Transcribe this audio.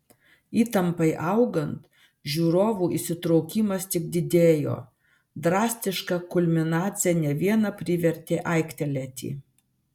įtampai augant žiūrovų įsitraukimas tik didėjo drastiška kulminacija ne vieną privertė aiktelėti